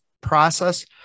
process